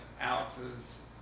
Alex's